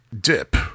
dip